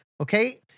Okay